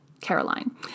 Caroline